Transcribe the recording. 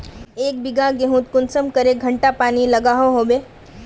एक बिगहा गेँहूत कुंसम करे घंटा पानी लागोहो होबे?